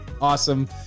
awesome